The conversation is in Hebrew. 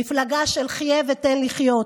מפלגה של חיה ותן לחיות,